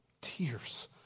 Tears